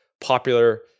popular